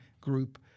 group